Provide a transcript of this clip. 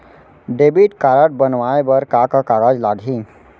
Debit card बनवाये बर का का कागज लागही?